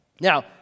Now